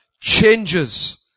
changes